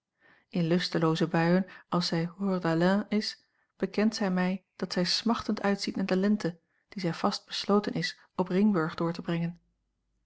in lustelooze buien als zij hors d'haleine is bekent zij mij dat zij smachtend uitziet naar de lente die zij vast besloten is op ringburg door te brengen